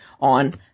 on